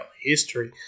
history